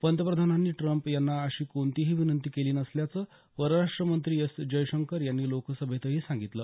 पंतप्रधानांनी ट्रम्प यांना अशी कोणतीही विनंती केली नसल्याचं परराष्ट्र मंत्री एस जयशंकर यांनी लोकसभेतही सांगितलं